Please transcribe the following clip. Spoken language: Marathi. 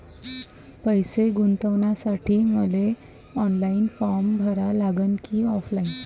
पैसे गुंतन्यासाठी मले ऑनलाईन फारम भरा लागन की ऑफलाईन?